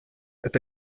eta